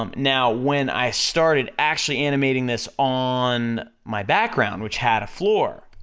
um now, when i started actually animating this on my background, which had a floor,